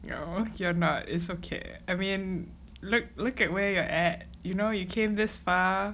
no you're not it's okay I mean look look at where you're at you know you came this far